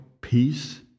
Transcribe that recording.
peace